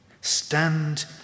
Stand